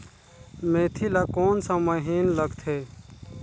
मेंथी ला कोन सा महीन लगथे?